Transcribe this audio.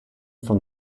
from